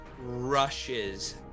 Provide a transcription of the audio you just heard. rushes